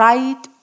Right